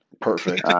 Perfect